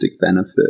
benefit